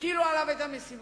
הטילו עליו את המשימה.